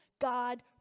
God